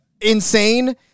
insane